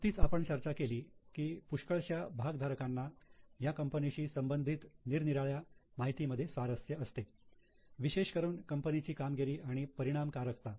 नुकतीच आपण चर्चा केली की पुष्कळश्या भागधारकांना या कंपनीशी संबंधित निरनिराळ्या माहिती मध्ये स्वारस्य असते विशेष करून कंपनीची कामगिरी आणि परिणामकारकता